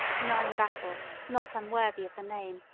nine battles, not unworthy of the name,